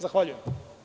Zahvaljujem.